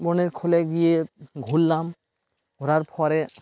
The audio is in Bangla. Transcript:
বনের খোলে গিয়ে ঘুরলাম ঘোরার পরে